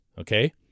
okay